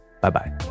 Bye-bye